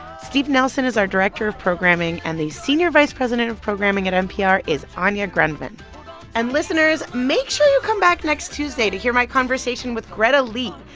steve nelson is our director of programming. and the senior vice president of programming at npr is anya grundmann and listeners, make sure you come back next tuesday to hear my conversation with greta lee,